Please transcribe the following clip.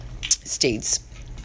states